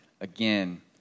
again